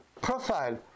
profile